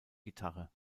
gitarre